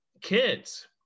kids